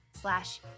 slash